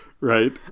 Right